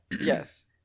yes